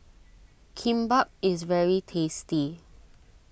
Kimbap is very tasty